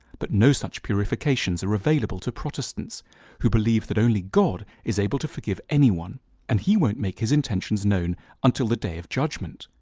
but no such purifications are available to protestants who believe that only god is able to forgive anyone and he won't make his intentions known until the day of judgment.